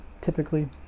typically